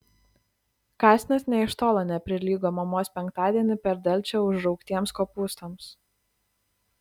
kąsnis nė iš tolo neprilygo mamos penktadienį per delčią užraugtiems kopūstams